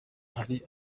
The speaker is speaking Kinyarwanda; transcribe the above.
hari